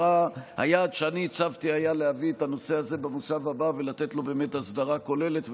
היעד שהצבתי היה להביא את הנושא הזה במושב הבא ולתת לו הסדרה כוללת,